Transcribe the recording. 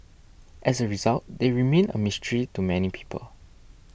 as a result they remain a mystery to many people